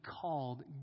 called